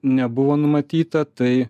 nebuvo numatyta tai